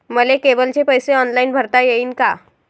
मले केबलचे पैसे ऑनलाईन भरता येईन का?